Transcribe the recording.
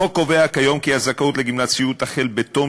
החוק קובע כיום כי הזכאות לגמלת סיעוד תחל בתום